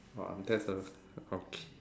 !wah! that's a okay